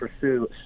pursue